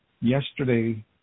yesterday